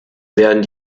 werden